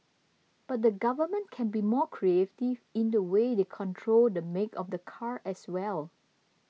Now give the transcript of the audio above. but the government can be more creative in the way they control the make of the car as well